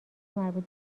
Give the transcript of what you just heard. مربوط